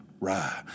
rye